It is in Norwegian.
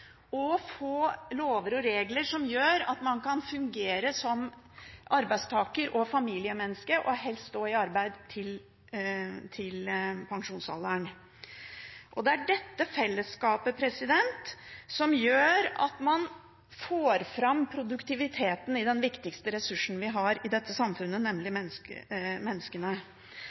og få lover og regler som gjør at man kan fungere som arbeidstakere og familiemennesker, og helst stå i arbeid til pensjonsalderen. Det er dette fellesskapet som gjør at man får fram produktiviteten i den viktigste ressursen vi har i dette samfunnet, nemlig